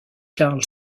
carl